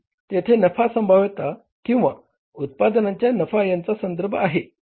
आणि तेथे नफा संभाव्यता किंवा उत्पादनांच्या नफा यांचा संदर्भ आहे